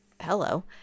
hello